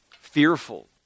fearful